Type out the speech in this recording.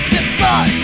Destroy